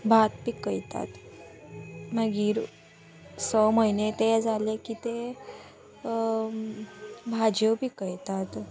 भात पिकयतात मागीर स म्हयने ते जाले की ते भाजयो पिकयतात